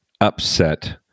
upset –